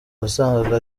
wasangaga